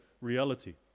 reality